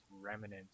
remnants